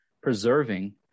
preserving